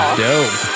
dope